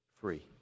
free